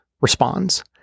responds